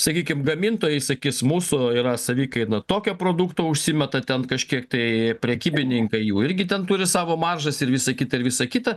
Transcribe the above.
sakykim gamintojai sakys mūsų yra savikaina tokia produkto užsimeta ten kažkiek tai prekybininkai jų irgi ten turi savo maržas ir visa kita ir visa kita